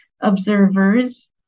observers